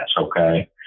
okay